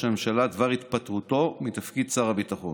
הממשלה דבר התפטרותו מתפקיד שר הביטחון.